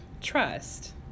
trust